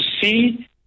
see